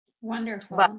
Wonderful